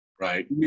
Right